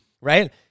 right